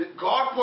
God